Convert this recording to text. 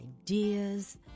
ideas